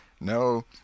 No